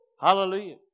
Hallelujah